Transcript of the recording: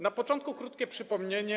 Na początku krótkie przypomnienie.